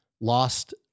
lost